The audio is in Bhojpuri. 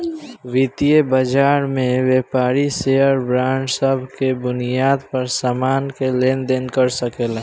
वितीय बाजार में व्यापारी शेयर बांड सब के बुनियाद पर सामान के लेन देन कर सकेला